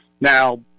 Now